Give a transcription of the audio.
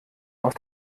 aus